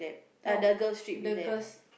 no the girls